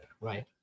right